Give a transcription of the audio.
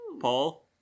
Paul